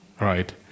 right